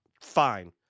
Fine